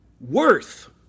worth